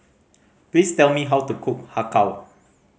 please tell me how to cook Har Kow